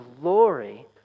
glory